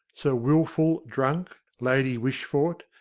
sir wilfull, drunk, lady wishfort,